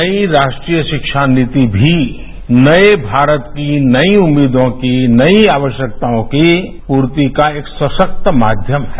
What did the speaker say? नई राष्ट्रीय शिक्षा नीति भी नये भारत की नई उम्मीदों की नई आवश्यकताओं की पूर्ति का एक सशक्त माध्यम है